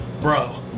Bro